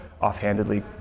offhandedly